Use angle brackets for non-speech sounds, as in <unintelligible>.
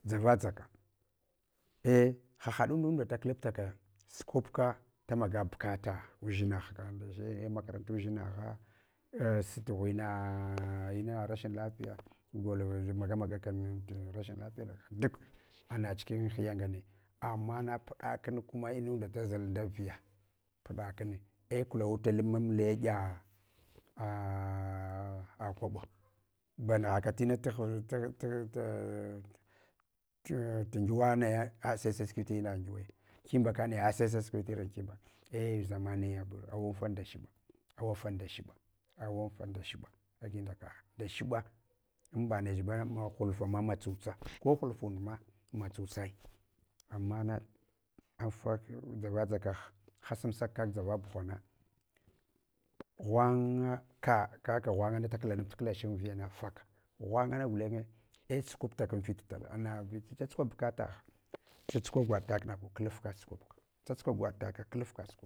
Dʒavadʒuka ei hahaɗun ndunda da klapta ka sukupka damaga bukata udʒinaghka ndeche ei akarantu udʒingha, i sut tu ghuena <unintelligible> rashin lafiya gol maga magaka rashin lafiya na. Duk ana cihki an hiya ngane. Amana puɗa kuma inunda dazul ndaviya puɗa kune, a klewuta mamle ɗiya a kwaɓa bana gha tina tagh tagh ta tun giwa naye a seu saskwa hina ngwaya kimbaka neya saisaskwi inin kimbak ei zamaniya, awanfa nda shiɓa, awafa nda shiba, hwan fa ndashba agh nda kagh nda shiɓa amba nechba ma hulfa ma matsutsa, ko hulfund ma massutsal ama na afa, dʒava dʒaka hasansaka dʒava buhana, ghwanga ka, kak ghwanga da klapta klach an viyana faka, ghwangu gulenye a sukuptaka anfit tala, ana vita tsatsukwa bukatagh, tsatsukwa gwaɗ tak nagu klafka sukupka tsatsukwa ghwad taka klafka sukubka.